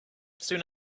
soon